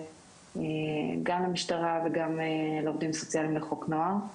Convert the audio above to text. גם למשטרה וגם לעובדים סוציאליים לחוק נוער.